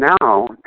Now